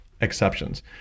Exceptions